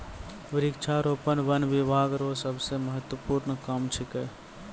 वृक्षारोपण वन बिभाग रो सबसे महत्वपूर्ण काम छिकै